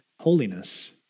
holiness